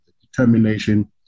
determination